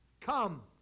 Come